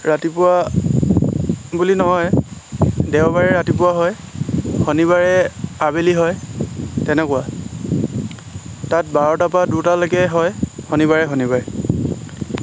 ৰাতিপুৱা বুলি নহয় দেওবাৰে ৰাতিপুৱা হয় শনিবাৰে আবেলি হয় তেনেকুৱা তাত বাৰটাৰ পৰা দুটালৈকে হয় শনিবাৰে শনিবাৰে